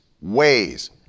ways